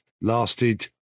lasted